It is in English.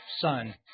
son